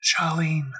Charlene